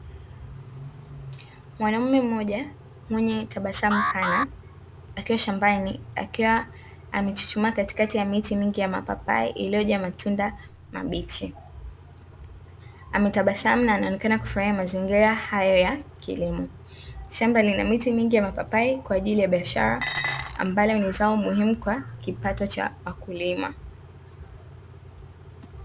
Mwanaume mmoja mwenye tabasamu pana, akiwa shambani akiwa amechuchumaa katikati ya miti mingi ya mapapai iliyojaa matunda mabichi. Ametabasamu na anaonekana kufurahia mazingira hayo ya kilimo. Shamba lina miti mingi ya mapapai kwa ajili ya biashara ambalo ni zao muhimu kwa kipato cha wakulima.